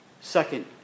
Second